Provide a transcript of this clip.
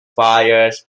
fires